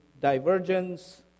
divergence